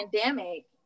pandemic